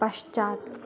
पश्चात्